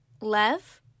Lev